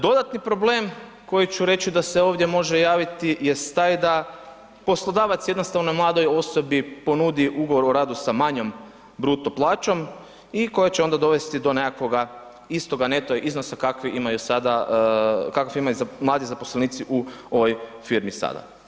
Dodatni problem koji ću reći da se ovdje može javiti jest taj da poslodavac jednostavno mladoj osobi ponudi ugovor o radu sa manjom bruto plaćom i koja će onda dovesti do nekakvoga istoga neto iznosa kakvi su imali mladi zaposlenici u ovoj firmi sada.